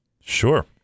Sure